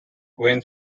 went